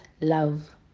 love